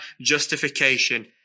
justification